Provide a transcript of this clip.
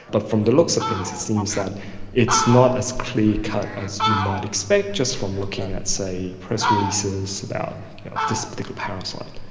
but from the looks of things it seems that it's not as clear-cut as you might expect just from looking at, say, press releases about this particular parasite.